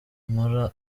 nkora